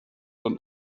und